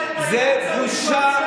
זו בושה,